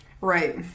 Right